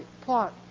plot